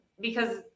because-